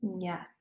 yes